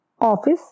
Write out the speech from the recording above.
office